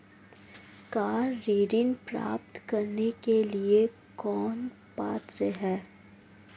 Car ऋण प्राप्त करने के लिए कौन पात्र है?